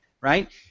right